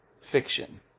fiction